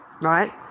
Right